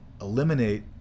eliminate